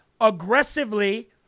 aggressively